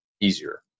easier